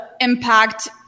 impact